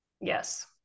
Yes